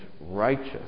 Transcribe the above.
righteous